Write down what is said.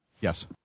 Yes